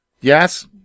Yes